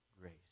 grace